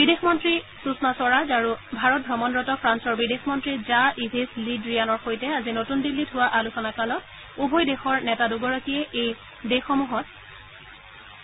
বিদেশ মন্ত্ৰী সূষমা স্বৰাজ আৰু ভাৰত ভ্ৰমণৰত ফ্ৰান্সৰ বিদেশ মন্ত্ৰী জা ইভেছ লী ড়িয়ানৰ সৈতে আজি নতুন দিন্নীত হোৱা আলোচনা কালত উভয় দেশৰ নেতা দুগৰাকীয়ে এই দেশসমূহত